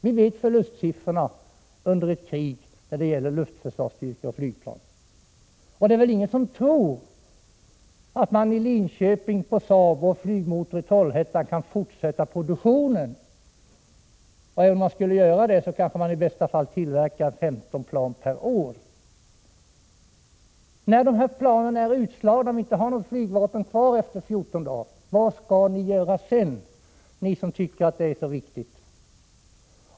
Vi känner till förlustsiffrorna under ett krig när det gäller luftförsvarsstyrkor och flygplan. Det är väl ingen som tror att man på Saab i Linköping och på Flygmotor i Trollhättan kan fortsätta produktionen? Även om man skulle göra det tillverkar man i bästa fall kanske 15 plan per år. Efter 14 dagar, när planen är utslagna och vi inte har något flygvapen kvar — vad skall vi göra då, ni som tycker att flygvapnet är så viktigt?